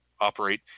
operate